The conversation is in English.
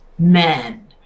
men